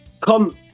come